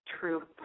true